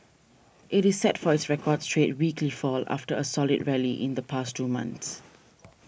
it is set for its record straight weekly fall after a solid rally in the past two months